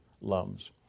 Lums